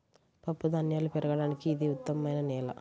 పప్పుధాన్యాలు పెరగడానికి ఇది ఉత్తమమైన నేల